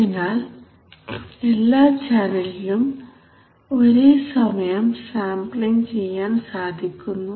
അതിനാൽ എല്ലാ ചാനലിലും ഒരേസമയം സാംപ്ലിങ് ചെയ്യാൻ സാധിക്കുന്നു